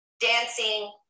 Dancing